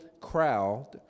crowd